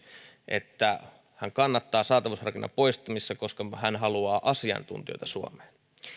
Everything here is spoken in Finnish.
että hän kannattaa saatavuusharkinnan poistamista koska hän haluaa asiantuntijoita suomeen